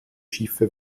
schiffe